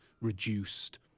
reduced